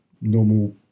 normal